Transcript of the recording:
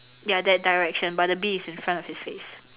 ya that direction but the bee is in front of his face